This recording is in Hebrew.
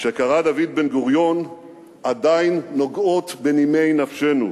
שקרא דוד בן-גוריון עדיין נוגעות בנימי נפשנו: